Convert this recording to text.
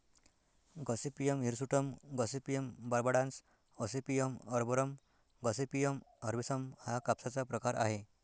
Gossypium hirsutum, Gossypium barbadense, ओसेपियम arboreum, Gossypium herbaceum हा कापसाचा प्रकार आहे